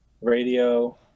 radio